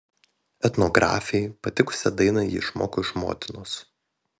etnografei patikusią dainą ji išmoko iš motinos